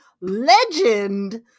Legend